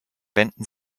wenden